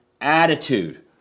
attitude